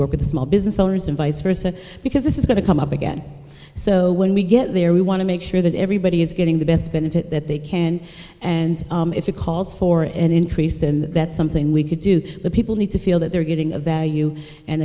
work with the small business owners and vice versa because this is going to come up again so when we get there we want to make sure that everybody is getting the best benefit that they can and if it calls for an increase then that's something we could do the people need to feel that they're getting a value